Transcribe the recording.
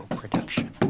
production